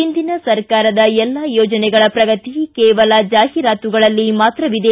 ಹಿಂದಿನ ಸರ್ಕಾರದ ಎಲ್ಲಾ ಯೋಜನೆಗಳ ಪ್ರಗತಿ ಕೇವಲ ಜಾಹೀರಾತುಗಳಲ್ಲಿ ಮಾತ್ರವಿದೆ